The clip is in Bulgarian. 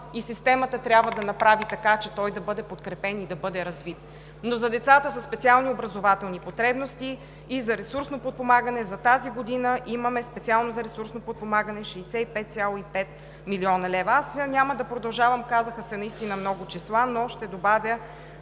и системата трябва да направи така, че той да бъде подкрепен и да бъде развит. За децата със специални образователни потребности и за ресурсно подпомагане за тази година – специално за ресурсно подпомагане, имаме 65,5 млн. лв. Аз няма да продължавам, казаха се наистина много числа, но ще добавя